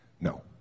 no